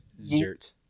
Zert